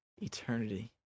eternity